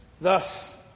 Thus